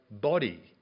body